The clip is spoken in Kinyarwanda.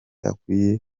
akwiye